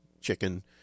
chicken